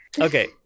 Okay